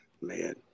Man